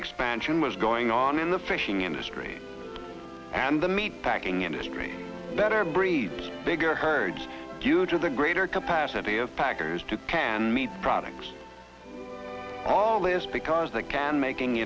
expansion was going on in the fishing industry and the meat packing industry better breeds bigger herds due to the greater capacity of packers to can meet products all is because they can making